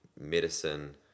medicine